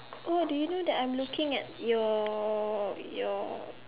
oh do you know I'm looking at your your